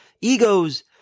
Ego's